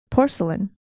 Porcelain